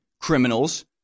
criminals